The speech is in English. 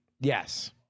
Yes